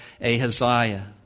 Ahaziah